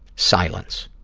silence.